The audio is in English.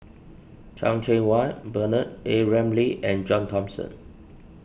Chan Cheng Wah Bernard A Ramli and John Thomson